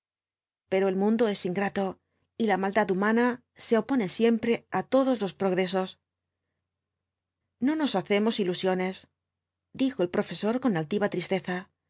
pero el mundo es ingrato y la maldad humana se opone siempre á todos los progresos no nos hacemos ilusiones dijo el profesor con altiva tristeza